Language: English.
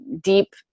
deep